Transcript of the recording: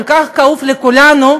שכל כך כאוב לכולנו,